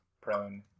Prone